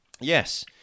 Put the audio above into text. yes